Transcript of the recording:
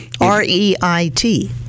R-E-I-T